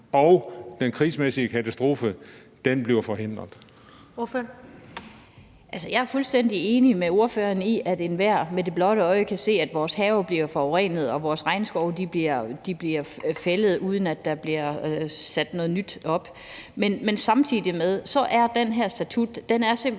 Ordføreren. Kl. 15:30 Annette Lind (S): Jeg er fuldstændig enig med ordføreren i, at enhver med det blotte øje kan se, at vores have bliver forurenet, og at vores regnskove bliver fældet, uden at der bliver sat noget nyt op. Men samtidig med det er den her statut simpelt hen